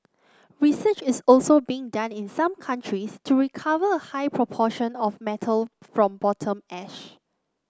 research is also being done in some countries to recover a higher proportion of metal from bottom ash